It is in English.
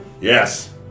Yes